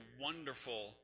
wonderful